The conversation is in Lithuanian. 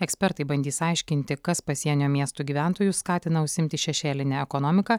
ekspertai bandys aiškinti kas pasienio miestų gyventojus skatina užsiimti šešėline ekonomika